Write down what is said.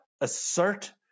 assert